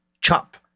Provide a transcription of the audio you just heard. chop